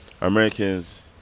Americans